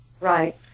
Right